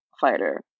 fighter